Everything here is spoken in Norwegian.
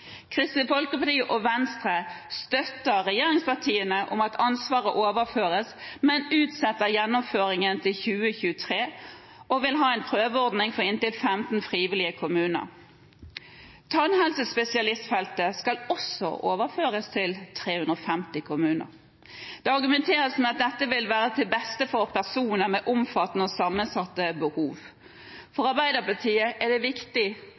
Kristelig Folkeparti og Venstre støtter regjeringspartiene i at ansvaret overføres, men utsetter gjennomføringen til 2023 og vil ha en prøveordning for inntil 15 frivillige kommuner. Tannhelsespesialistfeltet skal også overføres til 350 kommuner. Det argumenteres med at dette vil være til beste for personer med omfattende og sammensatte behov. For Arbeiderpartiet er det viktig